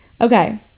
okay